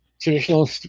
traditional